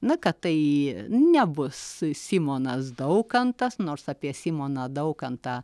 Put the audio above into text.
na kad tai nebus simonas daukantas nors apie simoną daukantą